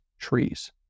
trees